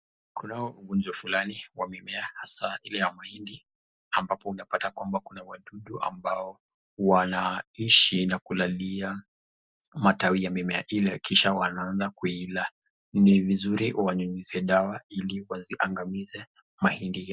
Kunao ugonjwa fulani wa mimea hasa ile ya mahindi , ambapo unapata kwamba kuna wadudu ambao wanaishi na kulalia matawi ya mimea ile kisha wanaanza kuila , ni vizuri wanyunyuse dawa ili wasiangamize mahindi yako.